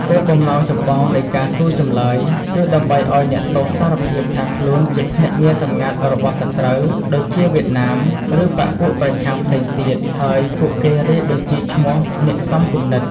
គោលបំណងចម្បងនៃការសួរចម្លើយ គឺដើម្បីឱ្យអ្នកទោសសារភាពថាខ្លួនជាភ្នាក់ងារសម្ងាត់របស់សត្រូវ ដូចជា វៀតណាម ឬបក្សពួកប្រឆាំងផ្សេងទៀត ហើយឱ្យពួកគេរាយបញ្ជីឈ្មោះអ្នកសមគំនិត។